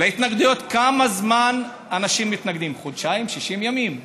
כמה זמן אנשים מתנגדים, חודשיים, 60 ימים?